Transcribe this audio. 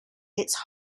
its